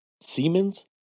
Siemens